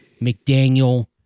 McDaniel